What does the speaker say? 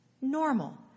normal